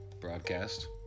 broadcast